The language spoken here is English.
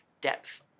depth